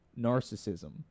narcissism